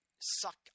suck